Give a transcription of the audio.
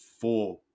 four